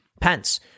Pence